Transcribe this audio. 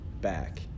back